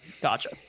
Gotcha